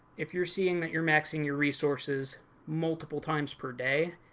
if you're seeing that you're maxing your resources multiple times per day,